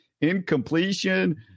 incompletion